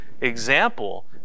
example